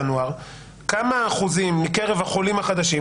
כמה אחוזים מקרב החולים החדשים,